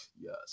Yes